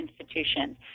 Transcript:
institutions